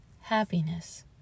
happiness